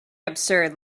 absurd